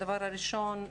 הדבר הראשון,